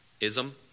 ism